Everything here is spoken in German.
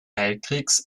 weltkriegs